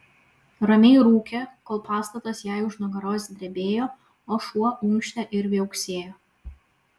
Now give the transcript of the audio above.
ramiai rūkė kol pastatas jai už nugaros drebėjo o šuo unkštė ir viauksėjo